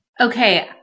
Okay